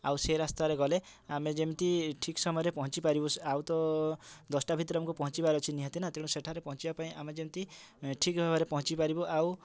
ଆଉ ସିଏ ରାସ୍ତାରେ ଗଲେ ଆମେ ଯେମିତି ଠିକ୍ ସମୟରେ ପହଞ୍ଚିପାରିବୁ ସେ ଆଉ ତ ଦଶଟା ଭିତରେ ଆମକୁ ପହଞ୍ଚିବାର ଅଛି ନିହାତି ନା ତେଣୁ ସେଠାରେ ପହଞ୍ଚିବା ପାଇଁ ଆମେ ଯେମିତି ଠିକ୍ ଭାବରେ ପହଞ୍ଚିପାରିବୁ ଆଉ